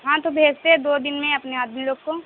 ہاں تو بھیجتے ہیں دو دن میں اپنے آدمی لوگ کو